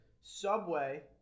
Subway